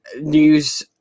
news